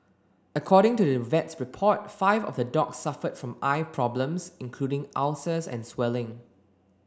according to the vet's report five of the dogs suffered from eye problems including ulcers and swelling